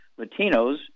Latinos